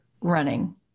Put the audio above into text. running